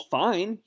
fine